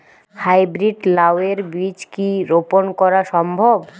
High breed লাও এর বীজ কি রোপন করা সম্ভব?